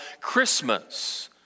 christmas